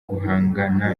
guhangana